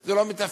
זה לא מתפקידי.